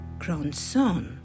Grandson